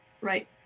Right